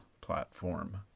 platform